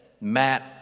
Matt